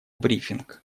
брифинг